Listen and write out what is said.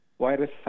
virus